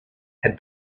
had